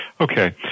Okay